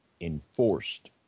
enforced